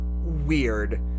weird